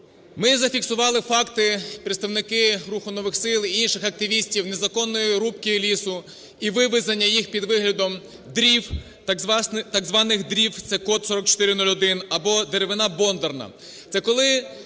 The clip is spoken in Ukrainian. ми зафіксували факти, представники "Руху нових сил" і інших активістів, незаконної рубки лісу і вивезення їх під виглядом дров, так званих дров (це код 4401) або деревина бондарна.